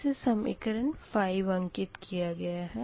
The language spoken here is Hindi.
इसे समीकरण 5 अंकित किया गया है